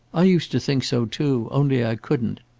i used to think so too only i couldn't.